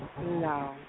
No